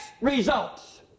results